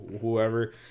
whoever